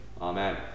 Amen